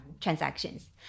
transactions